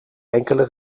enkele